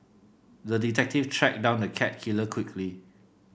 the detective tracked down the cat killer quickly